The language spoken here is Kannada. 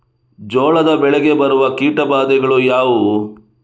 ಜೋಳದ ಬೆಳೆಗೆ ಬರುವ ಕೀಟಬಾಧೆಗಳು ಯಾವುವು?